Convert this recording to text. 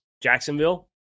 Jacksonville